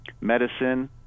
medicine